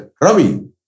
Ravi